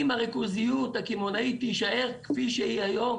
אם הריכוזיות הקמעונאית תישאר כפי שהיא היום,